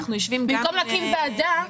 במקום להקים ועדה,